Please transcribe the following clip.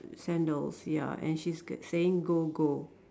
sandals ya and she's g~ saying go go